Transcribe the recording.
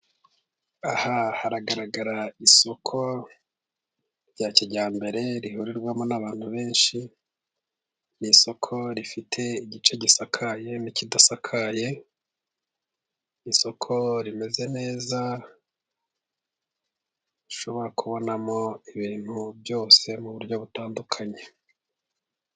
Aha haragaragara isoko rya kijyambere rihurirwamo n'abantu benshi, ni isoko rifite igice gisakaye n'ikidasakaye. Isoko rimeze neza ushobora kubonamo ibintu byose mu buryo butandukanye.